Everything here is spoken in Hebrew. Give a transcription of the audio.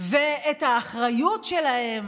ואת האחריות שלהם